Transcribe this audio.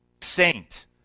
saint